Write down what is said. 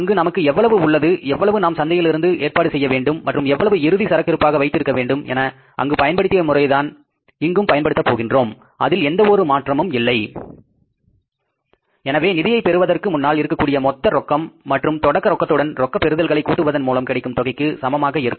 அங்கு நமக்கு எவ்வளவு உள்ளது எவ்வளவு நாம் சந்தையில் இருந்து ஏற்பாடு செய்ய வேண்டும் மற்றும் எவ்வளவு இறுதி சரக்கு இருப்பாக வைத்திருக்க வேண்டும் என அங்கு பயன்படுத்திய முறையைத்தான் இங்கும் பயன்படுத்துகின்றோம் அதில் எந்த ஒரு மாற்றமும் இல்லை எனவே நிதியை பெறுவதற்கு முன்னால் இருக்கக்கூடிய மொத்த ரொக்கம் என்பது தொடக்க ரொக்கத்துடன் ரொக்க பெறுதல்களை கூட்டுவதன் மூலம் கிடைக்கும் தொகைக்கு சமமாக இருக்கும்